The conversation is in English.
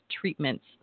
treatments